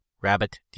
rabbit